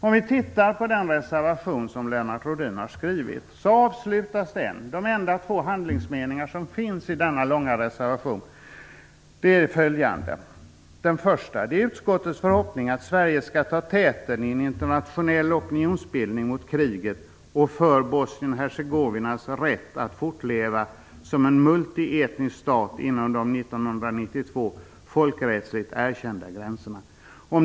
Om vi tittar på den reservation som Lennart Rohdin har skrivit finner vi att den avslutas med två meningar om handling, för övrigt de enda i denna långa reservation. Den första meningen är: "Det är utskottets förhoppning att Sverige skall ta täten i en internationell opinionsbildning mot kriget och för Bosnien Hercegovinas rätt att fortleva som en multietnisk stat inom de 1992 folkrättsligt erkända gränserna."